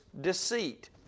deceit